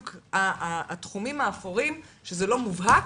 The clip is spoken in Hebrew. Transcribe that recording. בתחומים האפורים שזה לא מובהק,